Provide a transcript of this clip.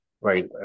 Right